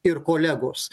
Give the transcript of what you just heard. ir kolegos